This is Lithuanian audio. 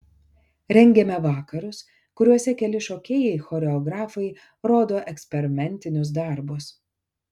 rengiame vakarus kuriuose keli šokėjai choreografai rodo eksperimentinius darbus